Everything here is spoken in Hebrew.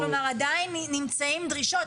כלומר, עדיין נמצאים דרישות.